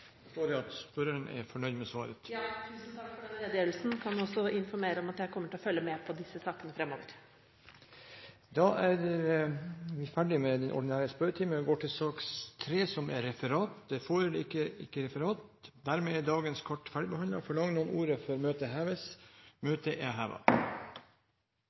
forstår jeg at spørreren er fornøyd med svaret? Ja, tusen takk for den redegjørelsen. Jeg kan også informere om at jeg kommer til å følge med på disse sakene framover. Dermed er sak nr. 2 ferdigbehandlet. Det foreligger ikke noe referat. Dermed er dagens kart ferdigbehandlet. Forlanger noen ordet før møtet heves?